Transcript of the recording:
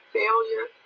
failure